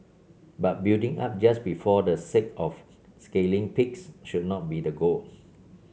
but building up just before the sake of scaling peaks should not be the goal